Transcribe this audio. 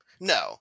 No